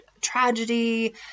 tragedy